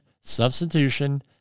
substitution